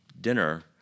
dinner